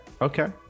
Okay